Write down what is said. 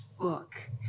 book